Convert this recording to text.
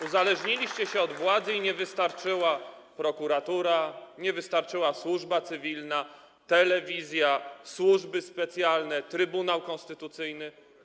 Uzależniliście się od władzy i nie wystarczyła prokuratura, nie wystarczyły służba cywilna, telewizja, służby specjalne, Trybunał Konstytucyjny.